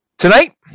Tonight